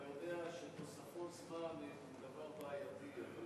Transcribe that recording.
אתה יודע שתוספות זמן הן דבר בעייתי.